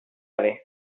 away